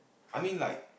I mean like